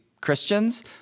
Christians